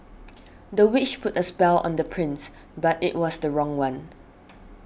the witch put a spell on the prince but it was the wrong one